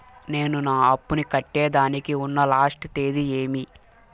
నేను నా అప్పుని కట్టేదానికి ఉన్న లాస్ట్ తేది ఏమి?